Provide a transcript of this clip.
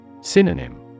Synonym